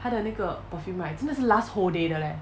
她的那个 perfume right 真的是 last whole day 的 leh